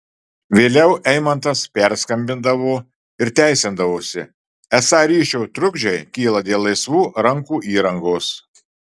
vėliau eimantas perskambindavo ir teisindavosi esą ryšio trukdžiai kyla dėl laisvų rankų įrangos